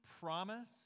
promise